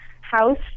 house